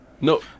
No